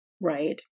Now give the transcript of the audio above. Right